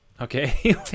Okay